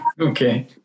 Okay